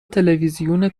تلوزیون